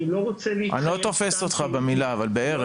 אני לא תופס אותך במילה אבל בערך.